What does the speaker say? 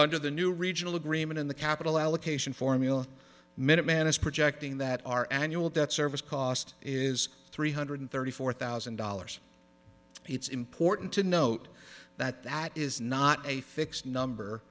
under the new regional agreement in the capital allocation formula minuteman is projecting that our annual debt service cost is three hundred thirty four thousand dollars it's important to note that that is not a fixed number